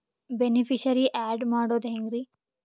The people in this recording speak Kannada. ಬೆನಿಫಿಶರೀ, ಆ್ಯಡ್ ಮಾಡೋದು ಹೆಂಗ್ರಿ?